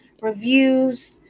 reviews